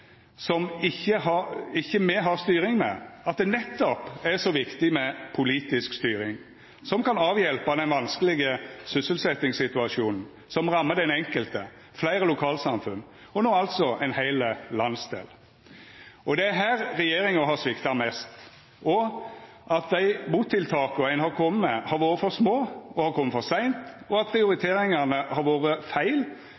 me ikkje har styring med, at det nettopp er så viktig med politisk styring som kan avhjelpa den vanskelege sysselsetjingssituasjonen som rammar den enkelte, fleire lokalsamfunn og no altså ein heil landsdel. Det er her regjeringa har svikta mest. Mottiltaka ein har kome med, har vore for små og har kome for seint, og